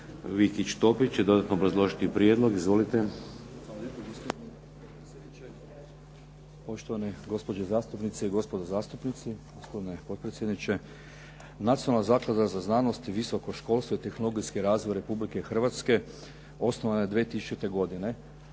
Vikić Topić će dodatno obrazložiti prijedlog. Izvolite. **Vikić Topić, Dražen** Poštovani gospođe zastupnice i gospodo zastupnici, gospodine potpredsjedniče. Nacionalna zaklada za znanost i visoko školstvo i tehnologijski razvoj Republike Hrvatske osnovana je 2000. godine,